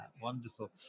Wonderful